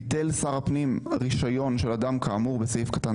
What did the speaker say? ביטל שר הפנים רישיון של אדם כאמור בסעיף קטן